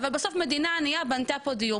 אבל בסוף מדינה ענייה בנתה פה דיור.